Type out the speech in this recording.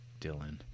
Dylan